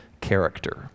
character